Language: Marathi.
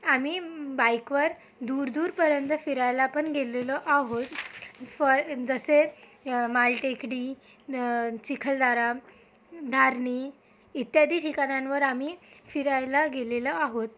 आम्ही बाईकवर दूरदूरपर्यंत फिरायला पण गेलेलो आहोत फॉर जसे मालटेकडी चिखलदरा धारणी इत्यादी ठिकाणांवर आम्ही फिरायला गेलेलो आहोत